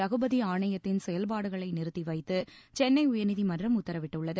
ரகுபதி ஆணையத்தின் செயல்பாடுகளை நிறுத்தி வைத்து சென்னை உயர்நீதிமன்றம் உத்தரவிட்டுள்ளது